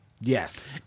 Yes